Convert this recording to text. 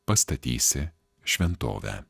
pastatysi šventovę